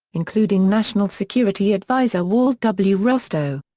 including national security advisor walt w. rostow.